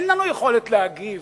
אין לנו יכולת להגיב.